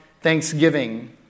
thanksgiving